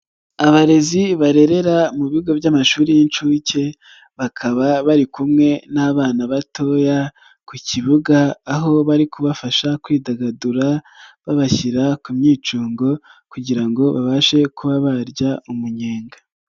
Abarezi barerera mu bigo by'amashuri y'inshuke bakaba bari kumwe n'abana batoya ku kibuga aho bari kubafasha kwidagadura babashyira ku myicungo kugira ngo babashe kuba barya umunyenga.